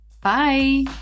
Bye